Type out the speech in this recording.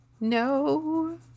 No